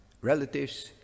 relatives